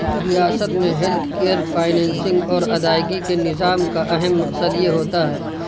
ریاست میں health care financing اور ادائیگی کے نظام کا اہم مقصد یہ ہوتا ہے